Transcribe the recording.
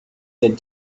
that